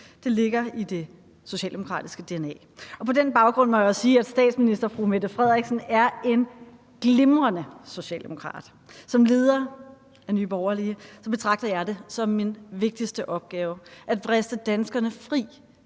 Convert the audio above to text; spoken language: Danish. Det ligger i det socialdemokratiske dna. På den baggrund må jeg sige, at statsministeren er en glimrende socialdemokrat. Som leder af Nye Borgerlige betragter jeg det som min vigtigste opgave at vriste danskerne fri